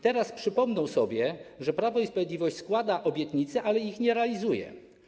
Teraz przypomną sobie, że Prawo i Sprawiedliwość składa obietnice, ale ich nie realizuje.